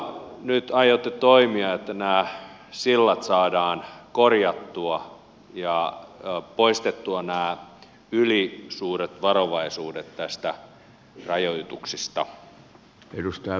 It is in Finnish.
kuinka nyt aiotte toimia että nämä sillat saadaan korjattua ja ylisuuret varovaisuudet poistettua näistä rajoituksista